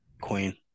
Queen